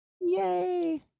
yay